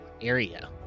area